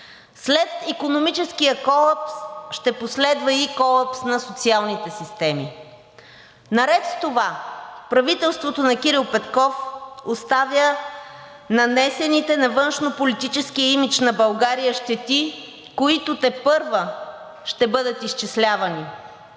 След икономическия колапс ще последва и колапс на социалните системи. Наред с това правителството на Кирил Петков оставя нанесените на външнополитическия имидж на България щети, които тепърва ще бъдат изчислявани,